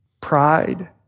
pride